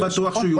לא בטוח שהוא יוכל.